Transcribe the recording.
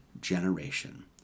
generation